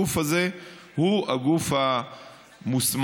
הגוף הזה הוא הגוף המוסמך.